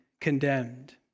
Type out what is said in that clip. condemned